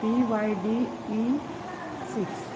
B Y D E six